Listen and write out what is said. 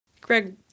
greg